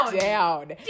down